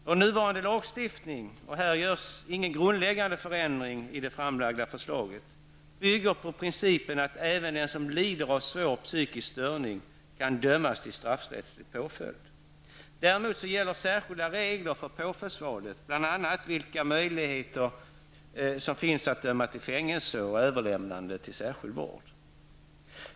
Vår nuvarande lagstiftning, och det görs ingen grundläggande förändring i det framlagda förslaget, bygger på principen att även den som lider av svår psykisk störning kan dömas till straffrättslig påföljd. Däremot gäller särskilda regler för påföljdsvalet, bl.a. vilka möjligheter som finns att döma till fängelse och överlämnande till särskild vård.